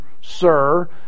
Sir